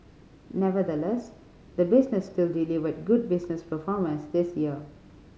nevertheless the business still delivered good business performance this year